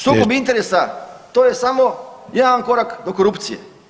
Sukob interesa to je samo jedan korak do korupcije.